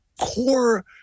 Core